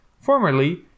Formerly